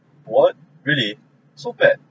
[what] really so bad